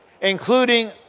Including